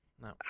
No